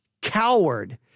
coward